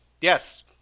Yes